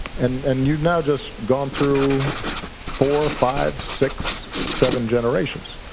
and and you've now just gone through four, five, six, seven generations.